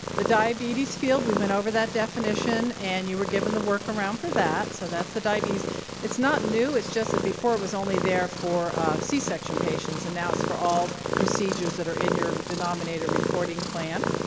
the diabetes field we went over that definition and you were given the workaround for that. so that's the diabetes it's now new, it's just that before it was only there for c-section patients and now it's for all procedures that are in your denominator reporting plan.